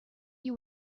you